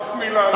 אף מלה.